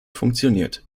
funktioniert